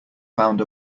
found